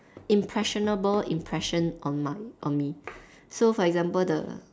impressionable impression on my on me so for example the